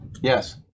Yes